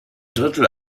drittel